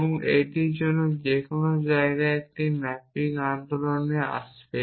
এবং এটির জন্য যে কোনও জায়গায় একটি ম্যাপিং আন্দোলনে আসবে